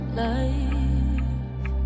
life